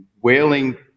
Whaling